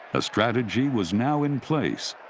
a strategy was now in place.